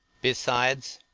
besides,